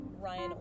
Ryan